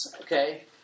okay